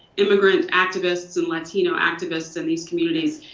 immigrant activists and latino activists in these communities,